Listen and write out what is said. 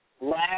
last